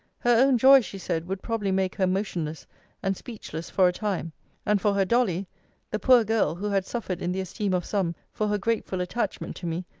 her own joy, she said, would probably make her motionless and speechless for a time and for her dolly the poor girl, who had suffered in the esteem of some, for her grateful attachment to me,